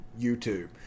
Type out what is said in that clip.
YouTube